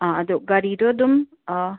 ꯑꯗꯣ ꯒꯥꯔꯤꯗꯣ ꯑꯗꯨꯝ